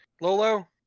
Lolo